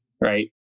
right